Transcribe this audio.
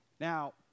Now